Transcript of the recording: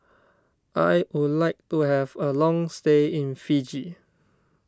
I would like to have a long stay in Fiji